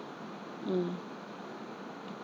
mm